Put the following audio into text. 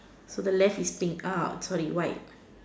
so the left is pink uh sorry white